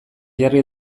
jarri